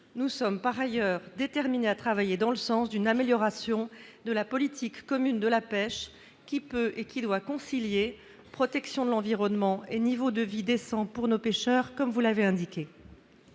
Nous sommes par ailleurs déterminés à travailler dans le sens d'une amélioration de la politique commune de la pêche, qui peut et qui doit concilier protection de l'environnement et niveau de vie décent pour nos pêcheurs, comme vous le demandez